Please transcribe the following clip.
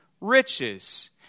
riches